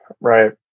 Right